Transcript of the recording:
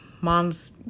mom's